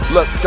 Look